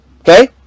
Okay